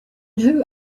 who